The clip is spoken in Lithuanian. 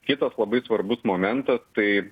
kitas labai svarbus momentas tai